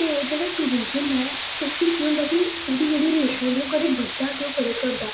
ते जेह्ड़ा टूरिजम ऐ फिर केह् होंदा कि उंदी जेह्ड़ी रेशो दी ओह् कदें बधदा ते ओह् कदें करदा